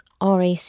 RAC